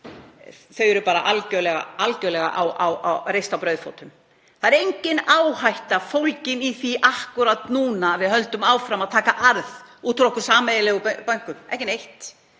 eru bara algerlega reist á brauðfótum. Það er engin áhætta fólgin í því akkúrat núna að við höldum áfram að taka arð út úr okkar sameiginlegu bönkum, ekki nein.